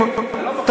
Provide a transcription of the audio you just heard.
באזור שמיועד למגורים.